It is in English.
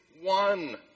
one